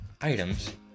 items